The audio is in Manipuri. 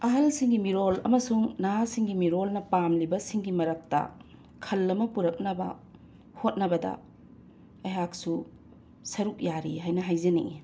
ꯑꯍꯜꯁꯤꯡꯒꯤ ꯃꯤꯔꯣꯜ ꯑꯃꯁꯨꯡ ꯅꯍꯥꯁꯤꯡꯒꯤ ꯃꯤꯔꯣꯜꯅ ꯄꯥꯝꯂꯤꯕꯁꯤꯡꯒꯤ ꯃꯔꯛꯇ ꯈꯜ ꯑꯃ ꯄꯨꯔꯛꯅꯕ ꯍꯣꯠꯅꯕꯗ ꯑꯩꯍꯥꯛꯁꯨ ꯁꯔꯨꯛ ꯌꯥꯔꯤ ꯍꯥꯏꯅ ꯍꯥꯏꯖꯅꯤꯡꯉꯤ